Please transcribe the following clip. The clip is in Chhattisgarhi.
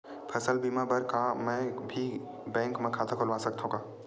फसल बीमा बर का मैं कोई भी बैंक म खाता खोलवा सकथन का?